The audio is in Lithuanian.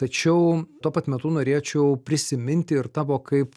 tačiau tuo pat metu norėčiau prisiminti ir tavo kaip